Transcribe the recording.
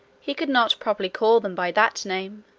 he could not properly call them by that name,